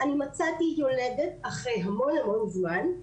אני מצאתי יולדת אחרי המון המון זמן,